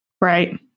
Right